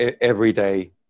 everyday